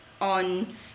on